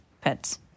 pets